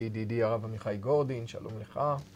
‫ידידי הרב מיכאי גורדין, שלום לך.